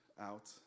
out